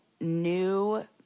new –